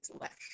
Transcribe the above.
left